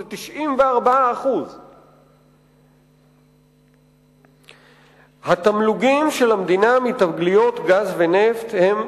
זה 94%. התמלוגים של המדינה מתגליות גז ונפט הם,